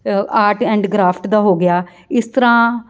art and craft ਦਾ ਹੋ ਗਿਆ ਇਸ ਤਰ੍ਹਾਂ